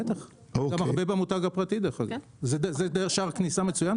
בטח, גם למותג הפרטי, זה שער כניסה מצוין.